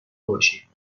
باشیم